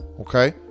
okay